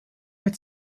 mit